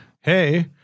Hey